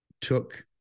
took